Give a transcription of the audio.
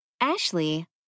Ashley